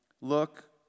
Look